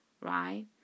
Right